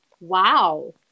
wow